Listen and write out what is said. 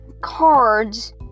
cards